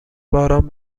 باران